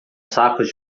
sacos